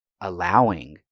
allowing